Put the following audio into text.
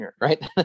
Right